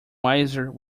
wiser